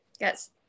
Yes